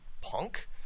Punk